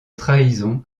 trahisons